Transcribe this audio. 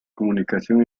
comunicación